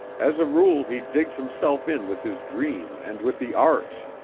as a rule he digs himself in with his dream and with the arts,